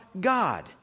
God